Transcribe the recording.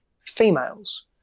females